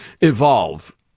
evolve